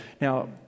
Now